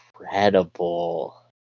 incredible